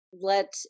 let